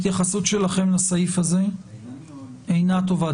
התייחסות שלכם לסעיף הזה, בבקשה.